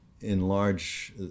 enlarge